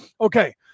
Okay